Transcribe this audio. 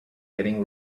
getting